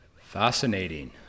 Fascinating